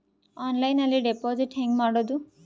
ಆನ್ಲೈನ್ನಲ್ಲಿ ಡೆಪಾಜಿಟ್ ಹೆಂಗ್ ಮಾಡುದು?